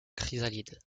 chrysalide